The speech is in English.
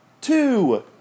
two